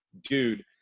dude